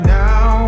now